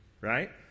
right